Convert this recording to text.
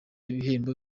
ibihembo